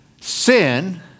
Sin